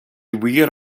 wir